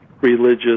religious